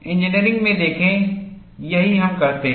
engineering में देखें यही हम करते हैं